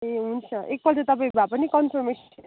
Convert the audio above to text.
ए हुन्छ एकपल्ट तपाईँ भयो भने कन्फर्मेसन